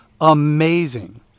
amazing